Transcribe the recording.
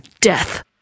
death